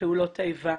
פעולות האיבה.